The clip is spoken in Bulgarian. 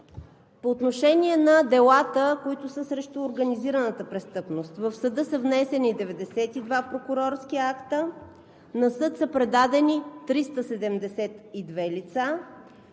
По отношение на делата, които са срещу организираната престъпност, в съда са внесени 92 прокурорски акта и на съд са предадени 372 лица.